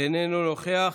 איננו נוכח.